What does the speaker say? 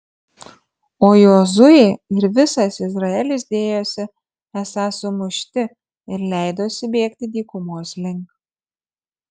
o jozuė ir visas izraelis dėjosi esą sumušti ir leidosi bėgti dykumos link